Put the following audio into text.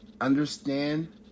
understand